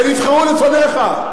שנבחרו לפניך,